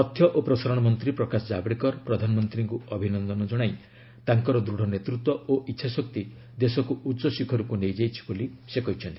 ତଥ୍ୟ ଓ ପ୍ରସାରଣ ମନ୍ତ୍ରୀ ପ୍ରକାଶ ଜାବଡେକର ପ୍ରଧାନମନ୍ତ୍ରୀଙ୍କୁ ଅଭିନନ୍ଦନ ଜଶାଇ ତାଙ୍କର ଦୃଢ଼ ନେତୃତ୍ୱ ଓ ଇଚ୍ଛାଶକ୍ତି ଦେଶକୁ ଉଚ୍ଚ ଶିଖରକୁ ନେଇଯାଇଛି ବୋଲି ସେ କହିଛନ୍ତି